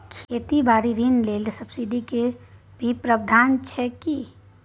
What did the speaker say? खेती बारी ऋण ले सब्सिडी के भी प्रावधान छै कि?